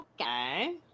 okay